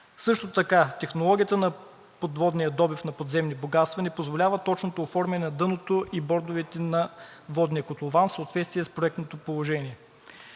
Също така технологията на подводния добив на подземни богатства не позволява точното оформяне на дъното и бордовете на водния котлован в съответствие с проектното положение.